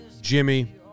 Jimmy